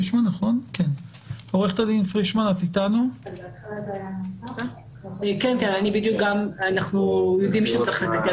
כן אנחנו בדיוק גם אנחנו יודעים שצריך לתקן.